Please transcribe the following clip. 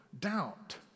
doubt